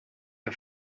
wir